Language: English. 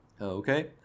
okay